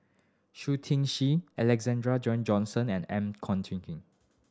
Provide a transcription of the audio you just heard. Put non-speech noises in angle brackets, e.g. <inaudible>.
Shui Tin Si Alexander <unintelligible> Johnston and M <unintelligible>